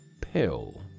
pill